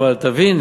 אבל תבין,